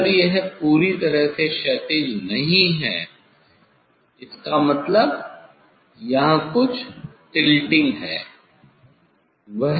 अगर यह पूरी तरह से क्षैतिज नहीं है इसका मतलब है यहाँ कुछ टिल्टिंग है